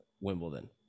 Wimbledon